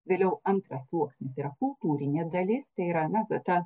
vėliau antras sluoksnis yra kultūrinė dalis tai yra na tokia